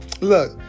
Look